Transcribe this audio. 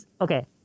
Okay